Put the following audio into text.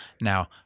now